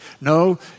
No